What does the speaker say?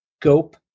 Scope